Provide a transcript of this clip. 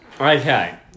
Okay